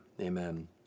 Amen